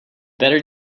better